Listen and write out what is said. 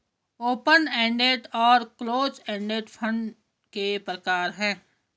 open ended और close ended fund के प्रकार हैं